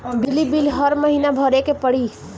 बिजली बिल हर महीना भरे के पड़ी?